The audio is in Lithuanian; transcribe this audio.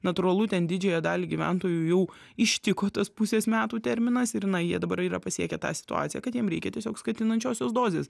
natūralu ten didžiąją dalį gyventojų ištiko tas pusės metų terminas ir na jie dabar yra pasiekę tą situaciją kad jiems reikia tiesiog skatinančiosios dozės